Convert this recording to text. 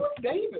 David